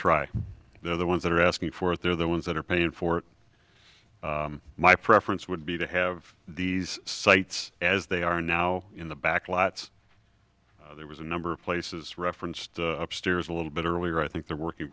try they're the ones that are asking for it they're the ones that are paying for it my preference would be to have these sites as they are now in the backlots there was a number of places referenced upstairs a little bit earlier i think they're working